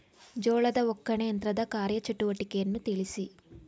ಜೋಳದ ಒಕ್ಕಣೆ ಯಂತ್ರದ ಕಾರ್ಯ ಚಟುವಟಿಕೆಯನ್ನು ತಿಳಿಸಿ?